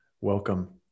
Welcome